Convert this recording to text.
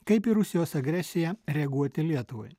kaip į rusijos agresiją reaguoti lietuvai